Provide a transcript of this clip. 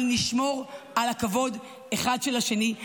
אבל נשמור על הכבוד אחד של השני,